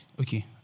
Okay